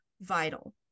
vital